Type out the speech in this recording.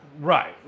Right